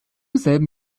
selben